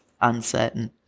uncertain